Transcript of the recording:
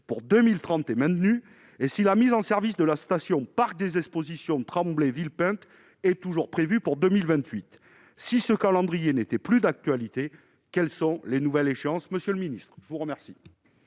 pour 2030 est maintenue et si la mise en service de la station Parc des Expositions Tremblay-Villepinte est toujours prévue pour 2028 si ce calendrier n'était plus d'actualité, quelles sont les nouvelles échéances Monsieur le Ministre, je vous remercie.